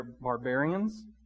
barbarians